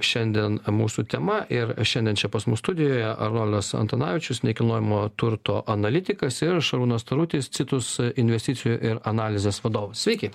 šiandien mūsų tema ir šiandien čia pas mus studijoje arnoldas antanavičius nekilnojamo turto analitikas ir šarūnas tarutis citus investicijų ir analizės vadovas sveiki